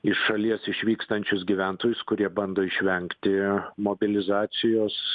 iš šalies išvykstančius gyventojus kurie bando išvengti mobilizacijos